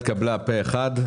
ההחלטה התקבלה פה אחד.